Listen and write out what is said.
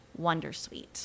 wondersuite